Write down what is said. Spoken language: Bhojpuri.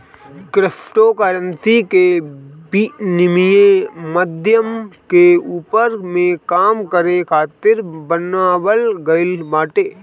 क्रिप्टोकरेंसी के विनिमय माध्यम के रूप में काम करे खातिर बनावल गईल बाटे